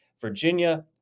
virginia